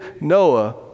Noah